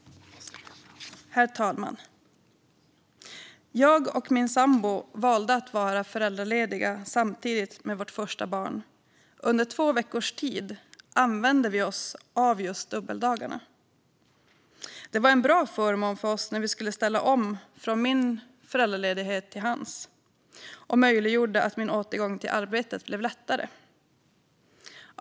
Herr talman! Jag och min sambo valde att vara föräldralediga samtidigt med vårt första barn. Under två veckors tid använde vi oss av just dubbeldagarna. Det var en bra förmån för oss när vi skulle ställa om från min föräldraledighet till hans och möjliggjorde att min återgång till arbetet blev lättare.